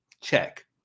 check